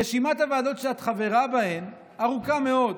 רשימת הוועדות שאת חברה בהן ארוכה מאוד,